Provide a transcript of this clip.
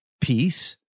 peace